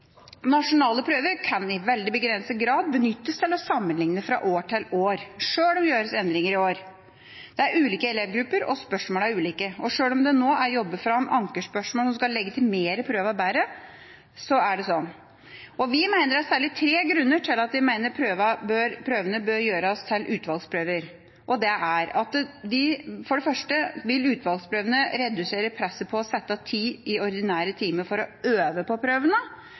Nasjonale prøver kan i veldig begrenset grad benyttes til å sammenligne fra år til år, sjøl om det gjøres endringer i år. Det er ulike elevgrupper, spørsmålene er ulike, og sjøl om det nå er jobbet fram ankerspørsmål som skal legitimere prøvene bedre, er det sånn. Vi mener det særlig er tre grunner til at prøvene bør gjøres til utvalgsprøver. For det første vil utvalgsprøvene redusere presset på å sette av tid i ordinære timer for å øve på prøvene.